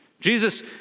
Jesus